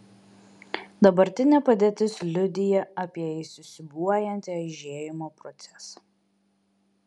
dabartinė padėtis liudija apie įsisiūbuojantį aižėjimo procesą